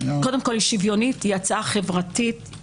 קודם כול שוויונית, זאת הצעה חברתית.